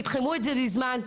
תתחמו את זה בזמן,